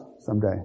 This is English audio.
Someday